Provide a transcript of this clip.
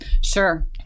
Sure